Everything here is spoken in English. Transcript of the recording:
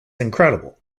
incredible